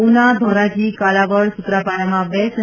ઉના ધોરાજી કાલાવડ સૂત્રાપાડામાં બે સે